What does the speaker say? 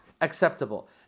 acceptable